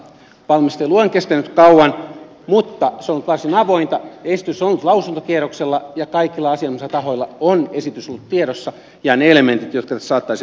valmistelu on kestänyt kauan mutta se on ollut varsin avointa ja esitys on nyt lausuntokierroksella ja kaikilla asianosatahoilla on esitys ollut tiedossa ja ne elementit jotka tässä saattaisivat muuttua